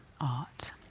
art